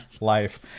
life